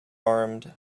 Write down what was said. armed